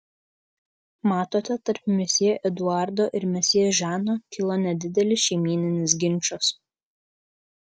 matote tarp mesjė eduardo ir mesjė žano kilo nedidelis šeimyninis ginčas